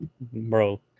bro